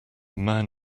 man